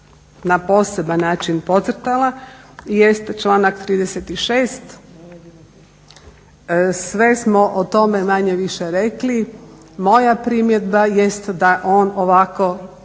na poseban način podcrtala jest članak 36.sve smo o tome manje-više rekli. Moja primjedba je da on ovako